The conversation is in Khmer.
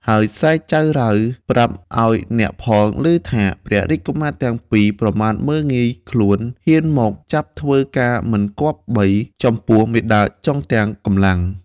ហើយស្រែកចៅរៅប្រាប់ឲ្យអ្នកផងឮថា ព្រះរាជកុមារទាំងពីរ ប្រមាថមើលងាយខ្លួន ហ៊ានមកចាប់ធ្វើការមិនគប្បី ចំពោះមាតាចុងទាំងកម្លាំង ។